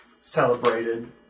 celebrated